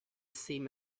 seam